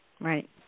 Right